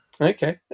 okay